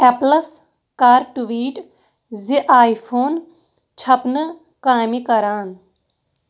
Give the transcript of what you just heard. اٮ۪پلَس کَر ٹُویٖٹ زِ iPhone چھَپنہٕ کامہِ کران